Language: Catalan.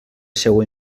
seua